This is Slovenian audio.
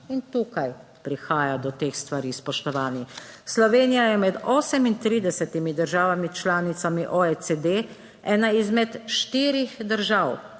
In tukaj prihaja do teh stvari, spoštovani. Slovenija je med 38. državami članicami oecd, ena izmed štirih držav,